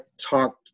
talked